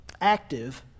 active